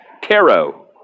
Tarot